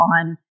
on